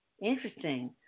Interesting